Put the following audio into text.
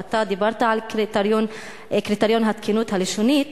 ואתה דיברת על קריטריון התקינות הלשונית,